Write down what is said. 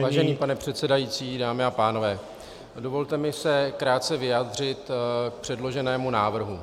Vážený pane předsedající, dámy a pánové, dovolte mi se krátce vyjádřit k předloženému návrhu.